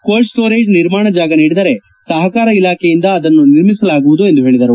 cold storage ನಿರ್ಮಾಣಕ್ಕೆ ಜಾಗ ನೀಡಿದರೆ ಸಹಕಾರ ಇಲಾಖೆಯಿಂದ ಅದನ್ನು ನಿರ್ಮಿಸಲಾಗುವುದು ಎಂದು ಹೇಳಿದರು